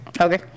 Okay